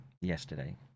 yesterday